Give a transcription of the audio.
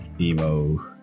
emo